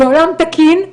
בעולם תקין,